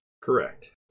Correct